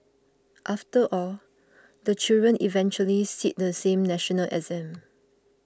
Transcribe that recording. after all the children eventually sit the same national exam